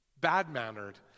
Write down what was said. bad-mannered